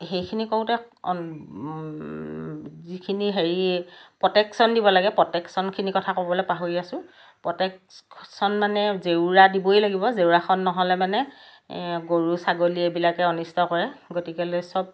সেইখিনি কৰোঁতে যিখিনি হেৰি প্ৰটেকশ্যন দিব লাগে প্ৰটেকশ্যনখিনিৰ কথা ক'বলৈ পাহৰি আছোঁ প্ৰটেকশ্যন মানে জেওৰা দিবই লাগিব জেওৰাখন নহ'লে মানে গৰু ছাগলী এইবিলাকে অনিষ্ট কৰে গতিকেলৈ চব